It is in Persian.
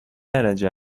درجه